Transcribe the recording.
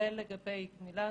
כולל לגבי גמילה.